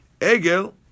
Egel